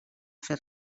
fer